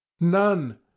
None